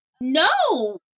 No